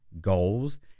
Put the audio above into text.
goals